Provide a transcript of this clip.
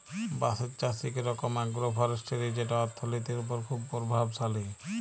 বাঁশের চাষ ইক রকম আগ্রো ফরেস্টিরি যেট অথ্থলিতির উপর খুব পরভাবশালী